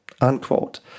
unquote